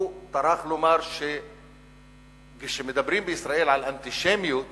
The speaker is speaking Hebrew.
הוא טרח לומר שכשמדברים בישראל על אנטישמיות